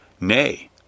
nay